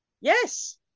yes